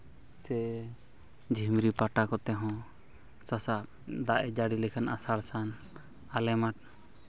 ᱥᱮ ᱡᱷᱤᱢᱨᱤ ᱯᱟᱴᱟ ᱠᱚᱛᱮ ᱦᱚᱸ ᱥᱟᱥᱟᱵ ᱫᱟᱜ ᱮ ᱡᱟᱹᱲᱤ ᱞᱮᱠᱷᱟᱱᱟ ᱟᱲᱟᱬ ᱥᱟᱱ ᱟᱞᱮ ᱢᱟᱴᱷ